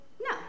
No